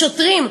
השוטרים,